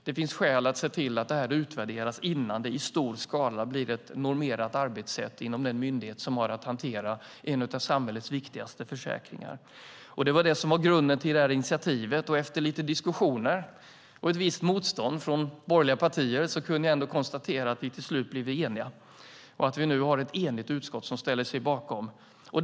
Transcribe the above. Det finns skäl att se till att det här utvärderas innan det i stor skala blir ett normerat arbetssätt inom den myndighet som har att hantera en av samhällets viktigaste försäkringar. Det var det som var grunden till det här initiativet, och efter lite diskussioner och ett visst motstånd från borgerliga partier kunde jag ändå konstatera att vi till slut har ett enigt utskott som ställer sig bakom detta.